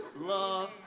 love